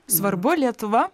svarbu lietuva